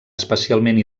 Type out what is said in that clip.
especialment